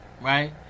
right